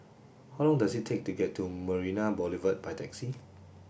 how long does it take to get to Marina Boulevard by taxi